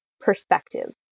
Perspective